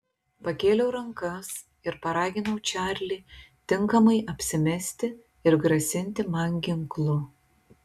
pakėliau rankas ir paraginau čarlį tinkamai apsimesti ir grasinti man ginklu